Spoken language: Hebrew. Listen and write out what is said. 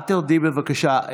אל תרדי, בבקשה.